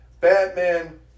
Batman